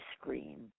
scream